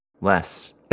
less